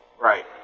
Right